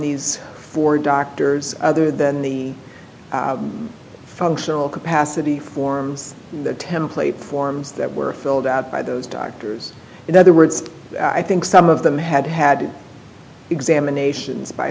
these four doctors other than the functional capacity forms template forms that were filled out by those doctors in other words i think some of them had had examinations by